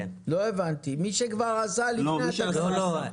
לא הבנתי, מי שכבר עשה לפני התקנות.